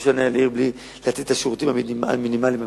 אי-אפשר לנהל עיר בלי לתת את השירותים המינימליים המתבקשים.